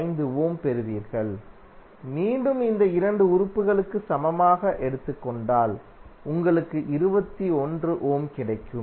5 ohm பெறுவீர்கள் மீண்டும் இந்த 2 உறுப்புகளுக்கு சமமாக எடுத்துக் கொண்டால் உங்களுக்கு 21 ஓம் கிடைக்கும்